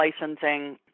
licensing